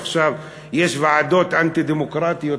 עכשיו יש ועדות אנטי-דמוקרטיות,